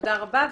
תודה רבה.